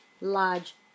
large